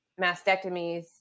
mastectomies